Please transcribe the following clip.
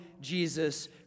Jesus